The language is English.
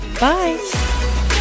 Bye